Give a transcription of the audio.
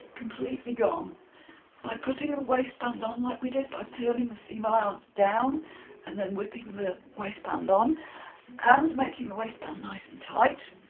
completely gone by putting a waistband on like we did, by turning the seam allowance down and then whipping the waistband on and making the waistband nice and tight.